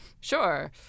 Sure